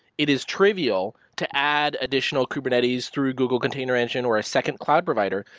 it is trivial to add additional kubernetes through google container engine or a second cloud provider,